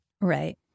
Right